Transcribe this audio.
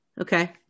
okay